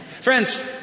friends